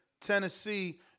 Tennessee